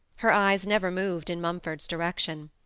her eyes never moved in mumford's direction.